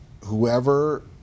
whoever